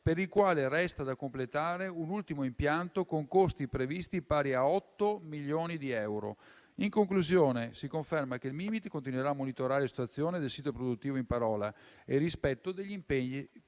per il quale resta da completare un ultimo impianto con costi previsti pari a 8 milioni di euro. In conclusione, si conferma che il Mimit continuerà a monitorare la situazione del sito produttivo in parola e il rispetto degli impegni presi.